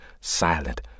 silent